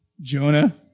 Jonah